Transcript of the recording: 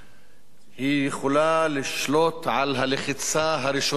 היא יכולה לשלוט על הלחיצה הראשונה על הכפתור,